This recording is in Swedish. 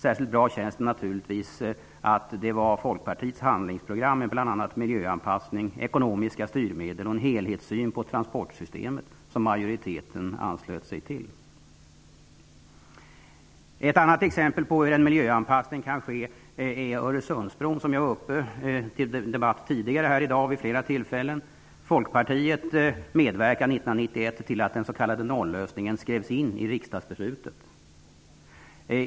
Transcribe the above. Särskilt bra kändes det naturligtvis att det var Folkpartiets handlingsprogram med bl.a. miljöanpassning, ekonomiska styrmedel och en helhetssyn på transportsystemet som majoriteten anslöt sig till. Ett annat exempel på hur en miljöanpassning kan ske är Öresundsbron, som diskuterats tidigare här i dag. Folkpartiet medverkade 1991 till att den s.k. nollösningen skrevs in i riksdagsbeslutet.